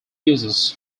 uses